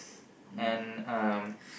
and um